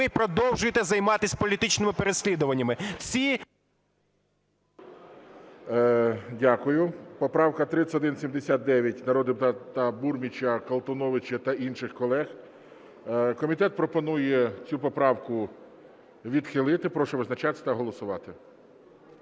ви продовжуєте займатися політичними переслідуваннями. Всі... ГОЛОВУЮЧИЙ. Дякую. Поправка 3179 народних депутатів Бурміча, Колтуновича та інших колег. Комітет пропонує цю поправку відхилити. Прошу визначатися та голосувати.